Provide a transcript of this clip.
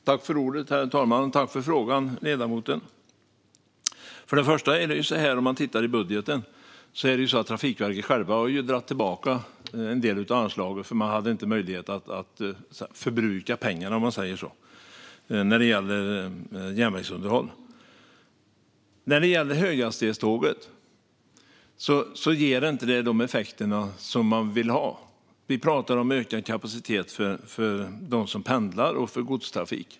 Herr talman! Tack för frågan, ledamoten! Om man tittar i budgeten har Trafikverket självt dragit tillbaka en del av anslagen, för man hade inte möjlighet att förbruka pengarna för järnvägsunderhåll. Höghastighetståget ger inte de effekter man vill ha om vi pratar om ökad kapacitet för dem som pendlar och för godstrafik.